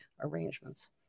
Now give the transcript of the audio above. arrangements